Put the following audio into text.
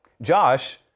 Josh